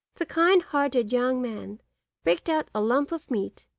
the kind-hearted young man picked out a lump of meat,